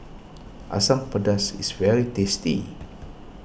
Asam Pedas is very tasty